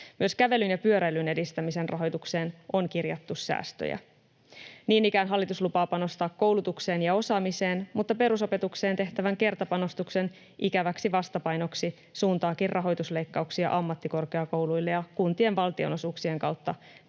Myös kävelyn ja pyöräilyn edistämisen rahoitukseen on kirjattu säästöjä. Niin ikään hallitus lupaa panostaa koulutukseen ja osaamiseen mutta perusopetukseen tehtävän kertapanostuksen ikäväksi vastapainoksi suuntaakin rahoitusleikkauksia ammattikorkeakouluille ja kuntien valtionosuuksien kautta